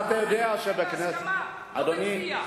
זה בהסכמה ולא בכפייה.